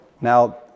Now